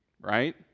right